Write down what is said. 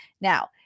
Now